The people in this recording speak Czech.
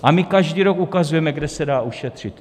A my každý rok ukazujeme, kde se dá ušetřit.